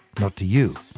not to you.